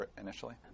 initially